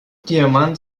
diamant